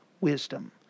wisdom